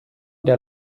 der